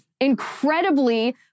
incredibly